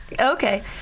Okay